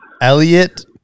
Elliot